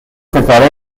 ستاره